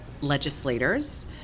legislators